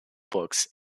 books